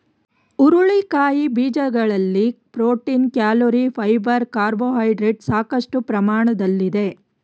ಹುರುಳಿಕಾಯಿ ಬೀಜಗಳಲ್ಲಿ protein, calorie, fibre carbohydrates ಸಾಕಷ್ಟು ಪ್ರಮಾಣದಲ್ಲಿದೆ